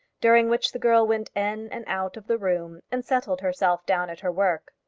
during which the girl went in and out of the room and settled herself down at her work.